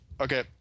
Okay